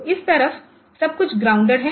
तो इस तरफ सब कुछ ग्राउंडेड है